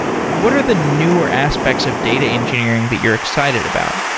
what are the newer aspects of data engineering that you're excited about?